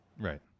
right